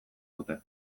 dute